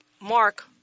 mark